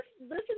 listen